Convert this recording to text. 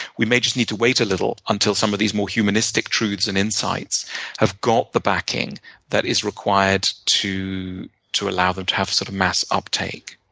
we may just need to wait a little until some of these more humanistic truths and insights have got the backing that is required to to allow them to have sort of mass uptake.